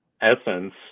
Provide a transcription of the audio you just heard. essence